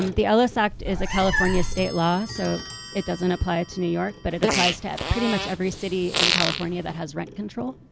um the ellis act is a california state law so it doesn't apply to new york but it applies to pretty much every city in california that has rent control.